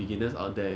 he must adapt